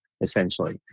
essentially